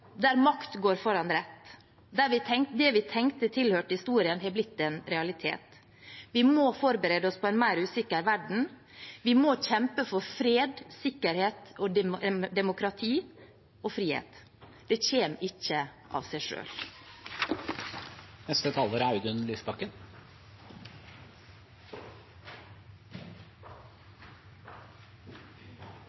der makt går foran rett, og der det vi tenkte tilhørte historien, har blitt en realitet. Vi må forberede oss på en mer usikker verden. Vi må kjempe for fred, sikkerhet, demokrati og frihet. Det kommer ikke av seg